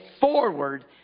forward